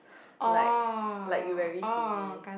like like you very stingy